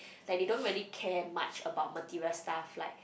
like they don't really care much about material stuff like